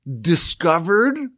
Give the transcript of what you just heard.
discovered